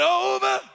over